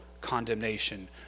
condemnation